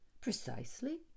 Precisely